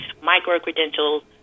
micro-credentials